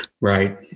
Right